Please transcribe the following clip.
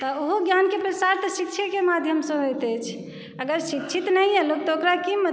तऽ ओहो ज्ञानके प्रसार जे छै शिक्षेके माध्यमसॅं होयत अछि अगर शिक्षित नहि अइ लोक तऽ ओकरा की